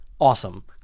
awesome